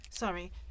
sorry